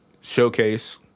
showcase